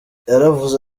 yaravuze